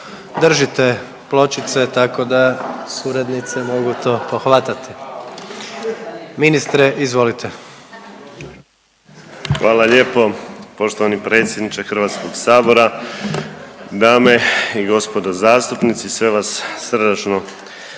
Držite pločice tako da suradnice mogu to pohvatati. Ministre izvolite. **Piletić, Marin (HDZ)** Hvala lijepo poštovani predsjedniče Hrvatskog sabora. Dame i gospodo zastupnici, sve vas srdačno